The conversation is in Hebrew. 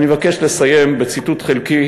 אני מבקש לסיים בציטוט חלקי